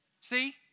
See